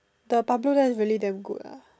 the Pablo there is really damn good ah